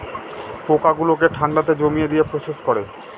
পোকা গুলোকে ঠান্ডাতে জমিয়ে দিয়ে প্রসেস করে